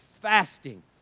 fasting